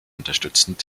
unterstützend